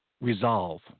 resolve